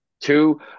two